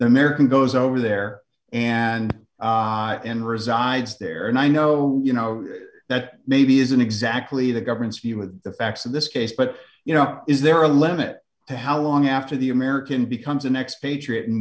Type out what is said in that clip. the american goes over there and and resides there and i know you know that maybe isn't exactly the government's view with the facts of this case but you know is there a limit to how long after the american becomes an expatriate